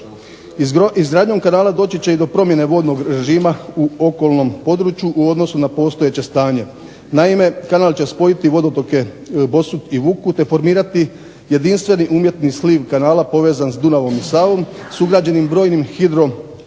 Izgradnjom kanala doći će i do promjene vodnog režima u okolnom području u odnosu na postojeće stanje. Naime, kanal će spojiti vodotoke Bosut i Vuku, te formirati jedinstveni umjetni sliv kanala povezan sa Dunavom i Savom sa ugrađenim brojnim